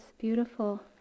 beautiful